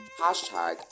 Hashtag